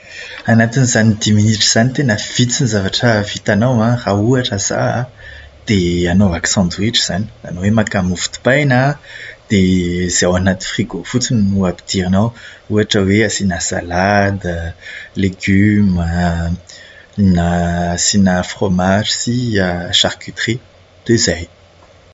Anatin'izany dimy minitra izany tena vitsy ny zavatra vitanao an. Raha ohatra zaho an, dia anaovako sandwich izany. Izany hoe maka mofo dipaina, dia izay ao anaty frigo fotsiny no ampidirina ao. Ohatra hoe asiana salady, legioma, na asiana fromazy sy charcuterie. Dia izay.